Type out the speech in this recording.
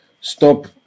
stop